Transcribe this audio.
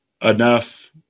enough